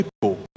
people